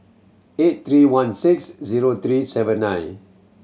eight three one six zero three seven nine